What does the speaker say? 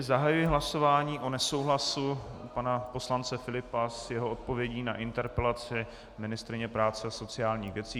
Zahajuji hlasování o nesouhlasu pana poslance Filipa s jeho odpovědí na interpelaci ministryně práce a sociálních věcí.